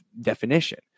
definition